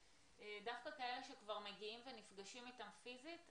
דווקא כאלה שכבר מגיעים ונפגשים איתם פיזית,